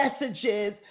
messages